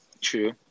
True